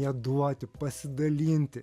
ją duoti pasidalinti